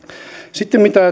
sitten mitä